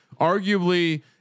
arguably